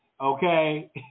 Okay